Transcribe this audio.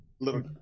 little